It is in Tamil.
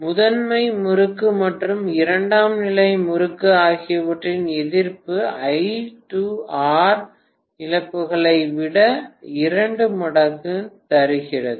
முதன்மை முறுக்கு மற்றும் இரண்டாம் நிலை முறுக்கு ஆகியவற்றின் எதிர்ப்பு I2R இழப்புகளை விட இரண்டு மடங்கு தருகிறது